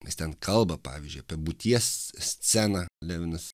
nes ten kalba pavyzdžiui apie būties sceną levinas